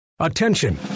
Attention